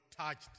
touched